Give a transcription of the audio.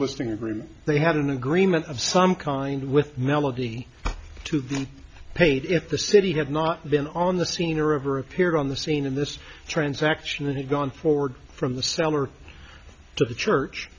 listing agreement they had an agreement of some kind with melody to be paid if the city had not been on the scene or ever appeared on the scene in this transaction that had gone forward from the seller to the church